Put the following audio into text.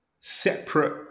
separate